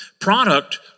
Product